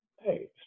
hey